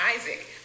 Isaac